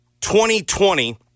2020